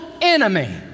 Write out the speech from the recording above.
enemy